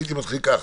הייתי מתחיל כך: